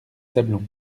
sablons